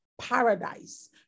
paradise